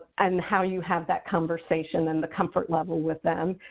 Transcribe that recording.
and how you have that conversation and the comfort level with them.